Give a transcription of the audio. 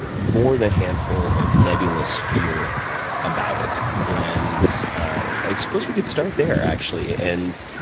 more the handful of nebulous fear about it. and i suppose we could start there actually, and